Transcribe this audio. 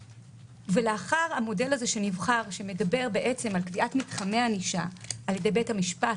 המודל הזה שנבחר מדבר על קביעת מתחמי ענישה על ידי בית המשפט,